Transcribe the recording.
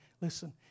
Listen